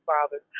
Father